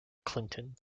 clinton